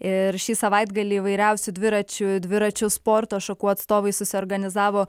ir šį savaitgalį įvairiausių dviračių dviračių sporto šakų atstovai susiorganizavo